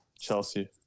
Chelsea